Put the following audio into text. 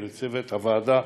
לצוות הוועדה,